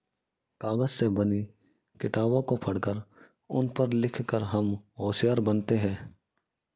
कागज से बनी किताबों को पढ़कर उन पर लिख कर हम होशियार बनते हैं